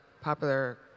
popular